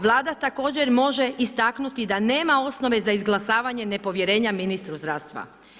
Vlada također može istaknuti da nema osnove za izglasavanje nepovjerenja ministru zdravstva.